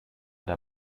der